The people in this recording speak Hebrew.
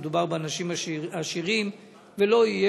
של